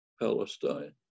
Palestine